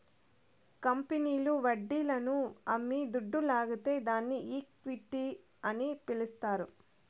కంపెనీల్లు వడ్డీలను అమ్మి దుడ్డు లాగితే దాన్ని ఈక్విటీ అని పిలస్తారు